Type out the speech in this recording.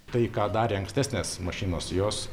tai ką darė ankstesnės mašinos jos